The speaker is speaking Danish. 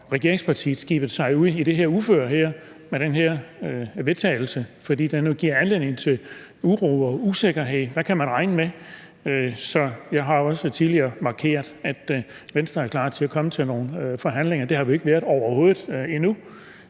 regeringspartierne skibet sig ud i det her uføre med det her forslag til vedtagelse, fordi det jo giver anledning til uro og usikkerhed, for hvad kan man regne med? Jeg har også tidligere markeret, at Venstre er klar til at komme til nogle forhandlinger. Det har vi jo overhovedet ikke